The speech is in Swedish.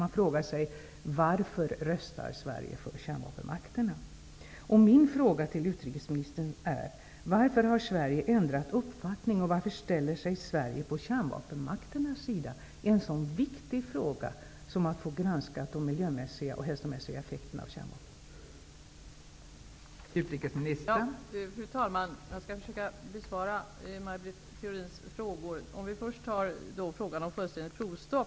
Man frågade sig varför Min fråga till utrikesministern är: Varför har Sverige ändrat uppfattning och varför ställer sig Sverige på kärnvapenmakternas sida i en sådan viktig fråga som att få de miljömässiga och hälsomässiga effekterna av kärnvapen granskade?